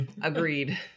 Agreed